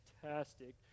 fantastic